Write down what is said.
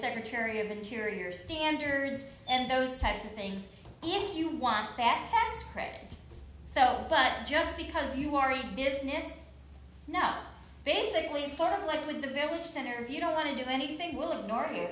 secretary of interior standards and those types of things if you want that test track so but just because you are in business now basically sort of like with the village center if you don't want to do anything we'll ignore you